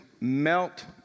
melt